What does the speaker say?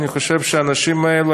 אני חושב שהאנשים האלה,